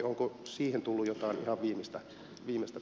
onko siihen tullut jotain ihan viimeistä tietoa